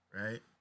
right